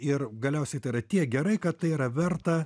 ir galiausiai tai yra tiek gerai kad tai yra verta